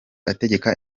ategeka